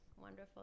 wonderful